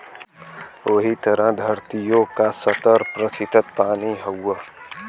वही तरह द्धरतिओ का सत्तर प्रतिशत पानी हउए